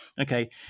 Okay